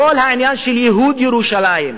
כל העניין של ייהוד ירושלים,